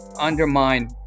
undermine